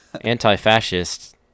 anti-fascists